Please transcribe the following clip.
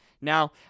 Now